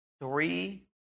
three